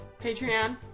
Patreon